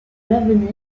l’avenir